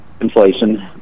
inflation